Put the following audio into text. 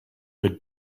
good